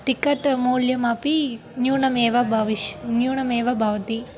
ticket मूल्यमपि न्यूनमेव बविष् न्यूनमेव भवति